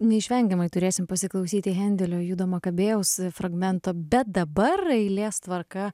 neišvengiamai turėsim pasiklausyti hendelio judo makabėjaus fragmento bet dabar eilės tvarka